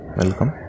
welcome